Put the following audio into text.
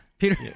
Peter